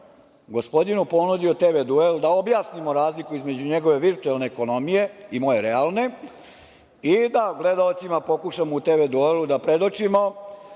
gospodinu ponudio TV duel da objasnimo razliku između njegove virtuelne ekonomije i moje realne i da gledaocima pokušamo u TV duelu da predočimo